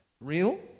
real